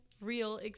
Real